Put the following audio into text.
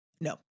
No